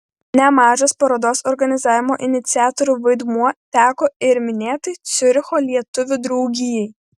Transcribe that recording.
nemažas parodos organizavimo iniciatorių vaidmuo teko ir minėtai ciuricho lietuvių draugijai